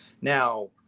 Now